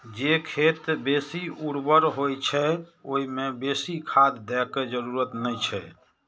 जे खेत बेसी उर्वर होइ छै, ओइ मे बेसी खाद दै के जरूरत नै छै